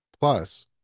Plus